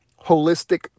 holistic